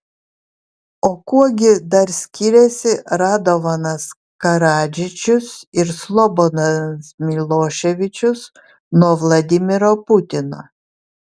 o kuo gi dar skiriasi radovanas karadžičius ir slobodanas miloševičius nuo vladimiro putino